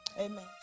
Amen